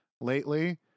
lately-